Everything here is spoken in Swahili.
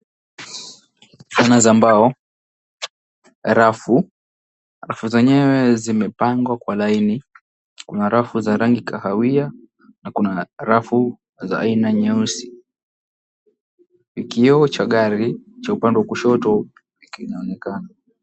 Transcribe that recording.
Sana za mbao, rafu. Rafu zenyewe zimepangwa kwa laini. Kuna rafu za rangi kahawia na kuna rafu za aina nyeusi. Kioo cha gari cha upande wa kushoto kinaonekana.